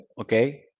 okay